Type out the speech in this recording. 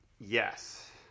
Yes